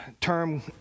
term